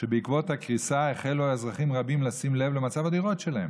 שבעקבות הקריסה החלו אזרחים רבים לשים לב למצב הדירות שלהם.